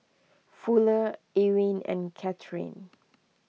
Fuller Ewin and Cathrine